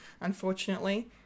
unfortunately